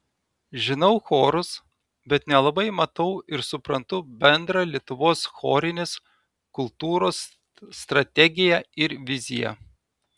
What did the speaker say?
žinau chorus bet nelabai matau ir suprantu bendrą lietuvos chorinės kultūros strategiją ir viziją